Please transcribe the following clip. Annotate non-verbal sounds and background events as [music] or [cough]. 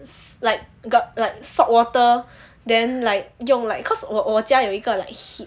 [noise] like got like saltwater then like 用 like cause 我我家有一个 like heat